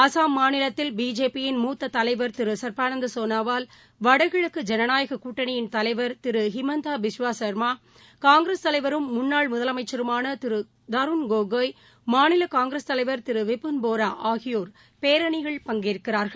அசாம் மாநிலத்தில் பிஜேபியின் மூத்தத்தலைவர் திரு சர்பானந்த் சோனோவால் வடகிழக்கு ஜனநாயக கூட்டணியின் தலைவர் திரு ஹிமந்தா பிஸ்வா ஷர்மா காங்கிரஸ் தலைவரும் முன்னாள் முதலமைச்சருமான திரு தருண் கோகாய் மாநில காங்கிஸ் தலைவர் திரு விபுள் போரா ஆகியோர் பேரணிகளில் பங்கேற்கிறார்கள்